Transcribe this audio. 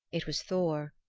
it was thor.